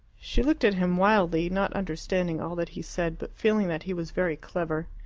she looked at him wildly, not understanding all that he said, but feeling that he was very clever.